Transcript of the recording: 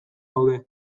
daude